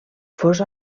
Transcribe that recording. fos